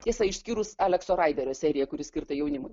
tiesa išskyrus alekso raiderio seriją kuri skirta jaunimui